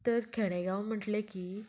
तर खेडेगांव म्हटलें की